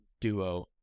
duo